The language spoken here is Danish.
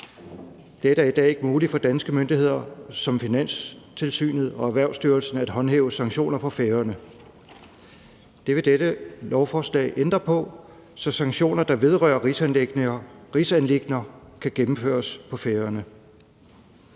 Det er i dag ikke muligt for danske myndigheder som Finanstilsynet og Erhvervsstyrelsen at håndhæve sanktioner på Færøerne. Det vil dette lovforslag ændre på, så sanktioner, der vedrører rigsanliggender, kan gennemføres på Færøerne.